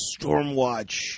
Stormwatch